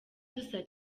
dusa